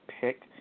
pick